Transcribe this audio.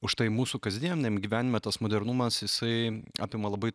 už tai mūsų kasdieniame gyvenime tas modernumas jisai apima labai